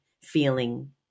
feeling